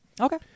Okay